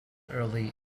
early